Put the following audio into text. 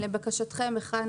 לבקשתכם הכנו